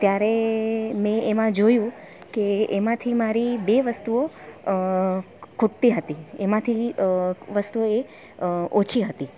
ત્યારે મેં એમાં જોયું કે એમાંથી મારી બે વસ્તુઓ ખૂટતી હતી એમાંથી વસ્તુઓ એ ઓછી હતી